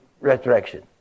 resurrection